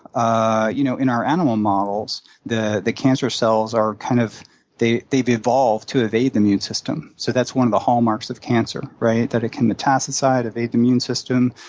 ah you know in our animal models, the the cancer cells are kind of they've evolved to evade the immune system, so that's one of the hallmarks of cancer, right, that it can metastasize, evade the immune system.